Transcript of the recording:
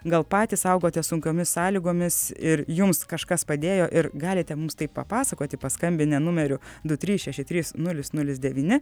gal patys augote sunkiomis sąlygomis ir jums kažkas padėjo ir galite mums tai papasakoti paskambinę numeriu du trys šeši trys nulis nulis devyni